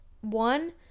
One